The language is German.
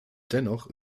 dennoch